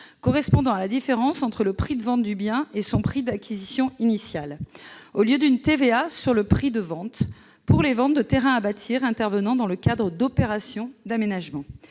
correspondant à la différence entre le prix de vente du bien et son prix d'acquisition initiale -, plutôt qu'à une TVA sur prix de vente, pour les ventes de terrains à bâtir intervenant dans le cadre d'opérations d'aménagement.